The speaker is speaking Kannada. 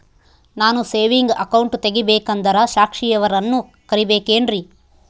ನಾನು ಸೇವಿಂಗ್ ಅಕೌಂಟ್ ತೆಗಿಬೇಕಂದರ ಸಾಕ್ಷಿಯವರನ್ನು ಕರಿಬೇಕಿನ್ರಿ?